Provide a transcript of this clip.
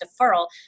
deferral